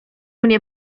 mnie